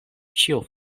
ĉio